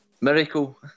Miracle